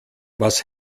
was